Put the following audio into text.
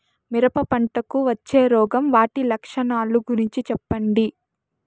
మిరప పంటకు వచ్చే రోగం వాటి లక్షణాలు గురించి చెప్పండి?